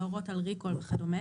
להורות על ריקול וכדומה.